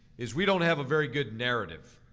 is we don't have a very good narrative.